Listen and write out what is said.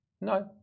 no